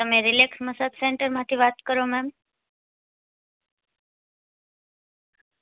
તમે relax massage સેંટરમાંથી વાત કરો મેમ